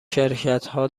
شرکتها